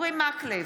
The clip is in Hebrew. אורי מקלב,